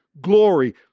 glory